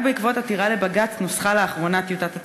רק בעקבות עתירה לבג"ץ נוסחה לאחרונה טיוטת התקנות,